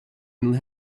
and